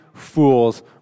fools